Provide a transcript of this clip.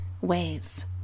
ways